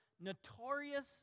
notorious